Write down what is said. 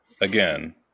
again